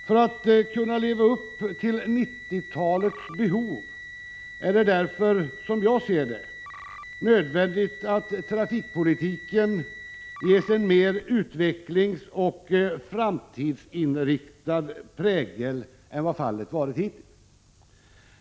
För att kunna leva upp till 1990-talets behov är det därför, som jag ser det, nödvändigt att trafikpolitiken ges en mer utvecklingsoch framtidsinriktad prägel än vad fallet varit hittills.